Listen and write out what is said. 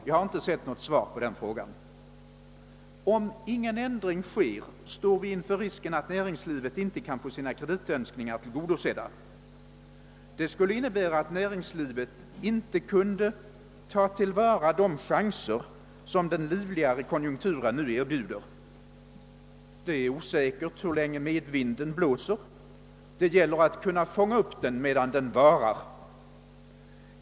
Jag har inte sett något svar på den frågan. Om ingen ändring sker står vi inför risken att näringslivet inte kan få sina kreditönskningar tillgodosedda. Det skulle innebära att näringslivet inte kunde ta till vara de chanser som den livligare konjunkturen nu erbjuder. Det är osäkert hur länge medvinden blåser — det gäller att fånga upp den medan den varar.